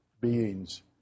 beings